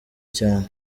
cyane